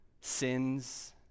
Sins